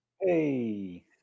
Hey